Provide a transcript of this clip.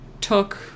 took